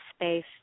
space